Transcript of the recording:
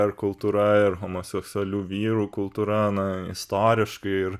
ar kultūra ir homoseksualių vyrų kultūra na istoriškai ir